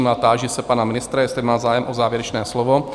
A táži se pana ministra, jestli má zájem o závěrečné slovo?